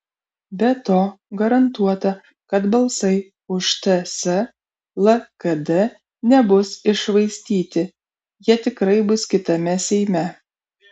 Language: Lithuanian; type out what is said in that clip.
be to garantuota kad balsai už ts lkd nebus iššvaistyti jie tikrai bus kitame seime